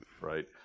right